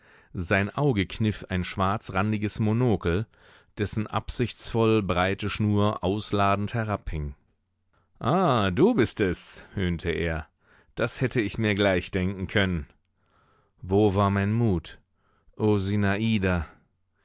sein auge kniff ein schwarzrandiges monokel dessen absichtsvoll breite schnur ausladend herabhing ah du bist es höhnte er das hätte ich mir gleich denken können wo war mein mut o